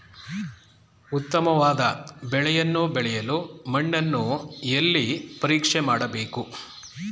ಉತ್ತಮವಾದ ಬೆಳೆಯನ್ನು ಬೆಳೆಯಲು ಮಣ್ಣನ್ನು ಎಲ್ಲಿ ಪರೀಕ್ಷೆ ಮಾಡಬೇಕು?